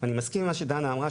אני מסכים עם מה שדנה אמרה,